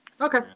Okay